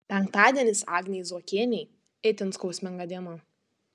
penktadienis agnei zuokienei itin skausminga diena